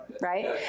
right